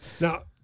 now